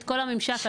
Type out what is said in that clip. הממשק,